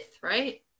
right